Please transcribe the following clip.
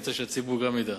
ואני רוצה שהציבור ידע.